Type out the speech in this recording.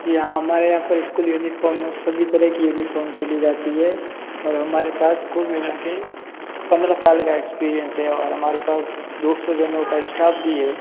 जी हाँ हमारे यहाँ पर स्कुल यूनिफाॅर्म सभी तरह की यूनिफाॅर्म सिली जाती है और हमारे पास कुल मिला के पंद्रह साल का एक्सपीरिएंस है और हमारे पास दो सौ जनों का स्टाफ भी है